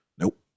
Nope